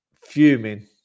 fuming